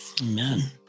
Amen